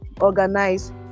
organize